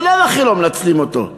בלאו הכי לא מנצלים אותו.